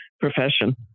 profession